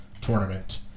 Tournament